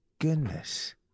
goodness